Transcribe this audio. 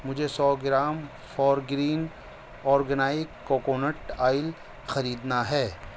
مجھے سو gram Forgreen organic coconut oil خریدنا ہے